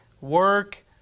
work